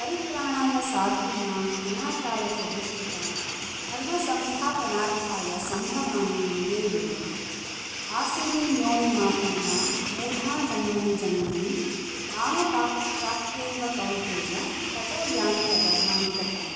परित्राणाय साधूनां विनाशाय च दुष्कृतां धर्मसंस्थापनार्थाय सम्भवामि युगे युगे आसूरीं योनिमापन्ना मूढा जन्मनि जन्मनि मामप्राप्त्यैव कौन्तेय ततो यान्त्यधमां गतिम्